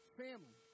family